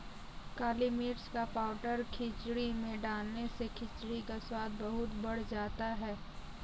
काली मिर्च का पाउडर खिचड़ी में डालने से खिचड़ी का स्वाद बहुत बढ़ जाता है